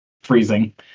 freezing